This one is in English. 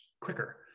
quicker